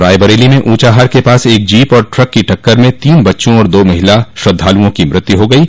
रायबरेली में ऊँचाहार के पास एक जीप और ट्रक की टक्कर में तीन बच्चों और दो महिला श्रद्धालुओं की मौत हो गयी